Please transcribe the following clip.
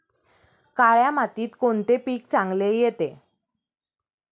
काळ्या मातीत कोणते पीक चांगले येते?